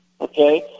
okay